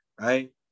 right